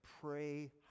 pray